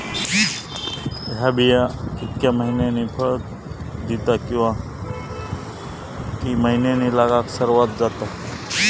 हया बिया कितक्या मैन्यानी फळ दिता कीवा की मैन्यानी लागाक सर्वात जाता?